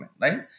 right